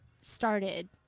started